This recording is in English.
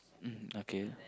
mmhmm okay